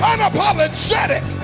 Unapologetic